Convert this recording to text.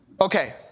Okay